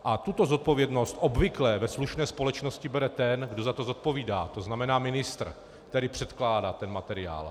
A tuto zodpovědnost obvykle ve slušné společnosti bere ten, kdo za to zodpovídá, tzn. ministr, který předkládá ten materiál.